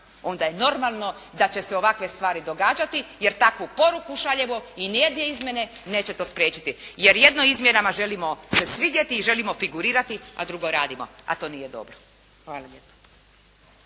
onda je normalno da će se ovakve stvari događati, jer takvu poruku šaljemo. I ni jedne izmjene neće to spriječiti, jer jedno izmjenama želimo se svidjeti i želimo figurirati a drugo radimo, a to nije dobro. Hvala vam lijepo.